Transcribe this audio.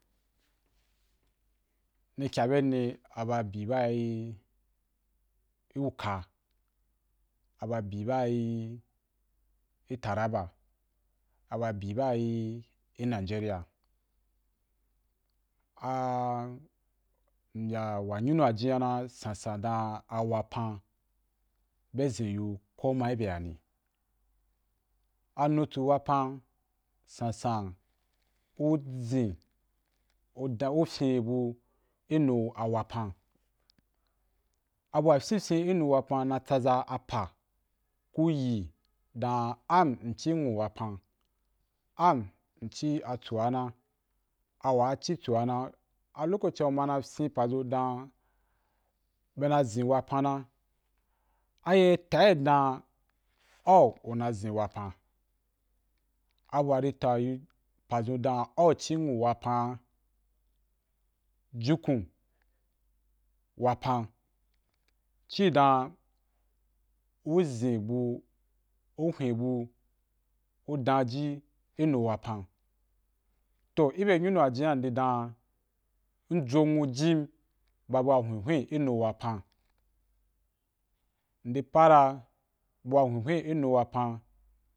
Ni kya be ni a ba bi ba. U ka, aba bi ba i itaraba, aba bi ba i inigeria, a mbya wa nyunu a jiyana sansan dan a wapam be zin u koma i bya a ni, a nutsu wapan sansan u zin u fyinbu i nu a wapan abu a fyinfyin i nu wapan na tsaza apa ku yi dan ama nci nwu wapan am mci tsu’a ra a wa ci tsu’a na a lococia u ma na fyin pa zun dan be na zin wapan na a ye ta’ì dan au ura zin wapan abu a ri ta yi pa zun dan a’u u ci nwu wapan’a jukun wapan ci dan u zin bu, u hwen bu, u dan ji i nu wapan toh i be nyunu’a jinya ndi dan mjo nwu jim ba bua hwen hwen inu wapan ndi para bua hwen hwen i nu wapan